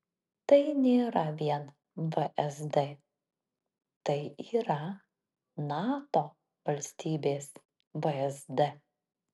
tai nėra vien vsd tai yra nato valstybės vsd